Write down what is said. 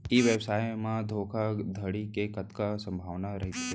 ई व्यवसाय म धोका धड़ी के कतका संभावना रहिथे?